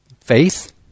faith